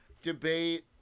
debate